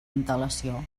antelació